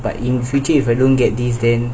but in future if I don't get this then